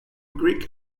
greek